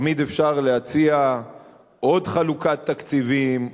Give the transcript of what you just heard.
תמיד אפשר להציע עוד חלוקת תקציבים,